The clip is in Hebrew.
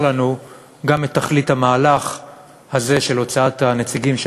לנו גם את תכלית המהלך הזה של הוצאת הנציגים של